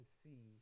see